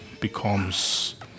becomes